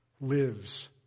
lives